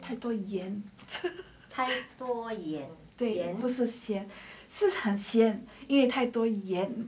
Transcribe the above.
太多盐不是咸是咸因为太多盐